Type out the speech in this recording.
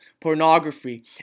pornography